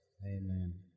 amen